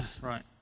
Right